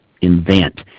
invent